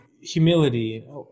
humility